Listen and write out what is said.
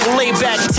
layback